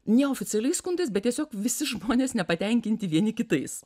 ne oficialiais skundais bet tiesiog visi žmonės nepatenkinti vieni kitais